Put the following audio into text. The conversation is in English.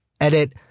Edit